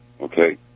Okay